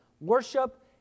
worship